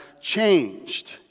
changed